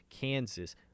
Kansas